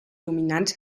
dominant